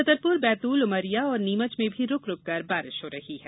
छतरपुर बैतूल उमरिया और नीमच में भी रुक रुककर बारिश हो रही है